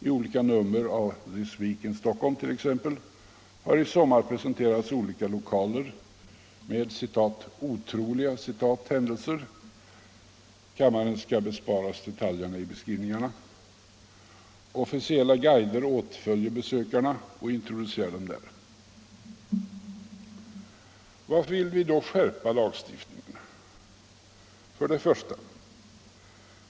I olika nummer av This week in Stockholm t.ex. har i sommar presenterats olika lokaler med ”otroliga” händelser. Kammaren skall besparas detaljerna i beskrivningarna. Officiella guider åtföljer besökarna och introducerar dem där. Varför vill vi då skärpa lagstiftningen? 1.